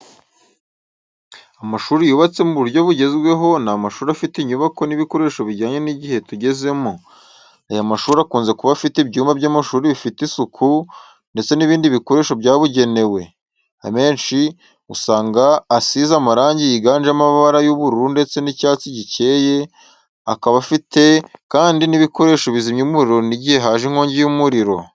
Amashuri yubatse mu buryo bugezweho ni amashuri afite inyubako n'ibikoresho bijyanye n’igihe tugezemo. Aya mashuri akunze kuba afite ibyumba by’amashuri bifite isuku, ndetse n'ibindii bikoresho byabugenewe. Amenshi usanga asize amarangi yiganjemo amabara y'ubururu ndetse n'icyatsi gikeye, akaba afite kandi n'ibikoresho bizimya umuriro igihe haje inkongi y'umuriro.